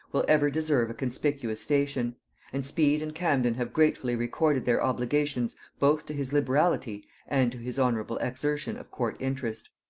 will ever deserve a conspicuous station and speed and camden have gratefully recorded their obligations both to his liberality and to his honorable exertion of court interest.